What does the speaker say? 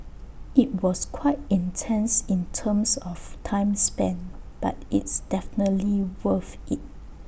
IT was quite intense in terms of time spent but it's definitely worth IT